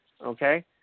Okay